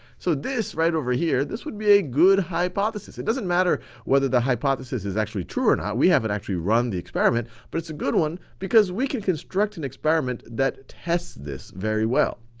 so, this, right over here, this would be a good hypothesis. it doesn't matter whether the hypothesis is actually true or not. we haven't actually run the experiment, but it's a good one, because we can construct an experiment that tests this very well.